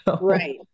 right